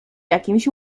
jakimś